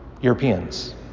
Europeans